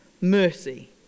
mercy